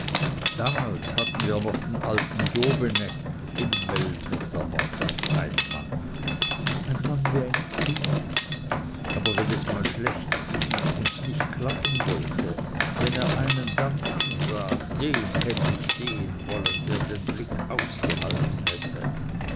damals hatten wir noch den alten dobeneck himmelwetter war das ein mann ein mann wie ein kind aber wenn es mal schlecht ging und nicht klappen wollte wenn er einen dann ansah den hätt ich sehen wollen der den blick ausgehalten hätte